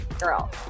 girl